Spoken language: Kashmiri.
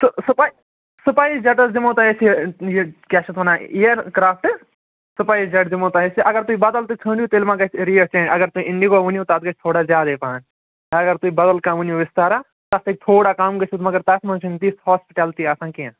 تہٕ سٕپَے سٕپایِس جَٹس دِمو تۄہہِ أسۍ یہِ یہِ کیٛاہ چھِ اَتھ ونان اِیَر کرٛافٹ سٕپایِس جَٹ دِمو تۄہہِ أسۍ اگر تُہۍ بَدل تہِ ژھٲنٛڈِو تیٚلہِ مَہ گژھِ ریٹ چینٛج اگر تُہۍ اِنڈِگو ؤنِو تَتھ گژھِ تھوڑا زیادَے پَہم اگر تُہۍ بَدَل کانٛہہ ؤنِو وِستارا تَتھ ہیٚکہِ تھوڑا کَم گٔژھِتھ مگر تَتھ منٛز چھِنہٕ تِژھ ہاسپِٹیلِٹی آسان کیٚنٛہہ